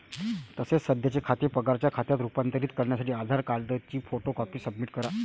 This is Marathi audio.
तसेच सध्याचे खाते पगाराच्या खात्यात रूपांतरित करण्यासाठी आधार कार्डची फोटो कॉपी सबमिट करा